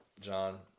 john